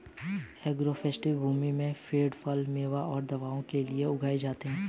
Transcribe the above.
agroforestry भूमि में पेड़ फल, मेवों और दवाओं के लिए भी उगाए जाते है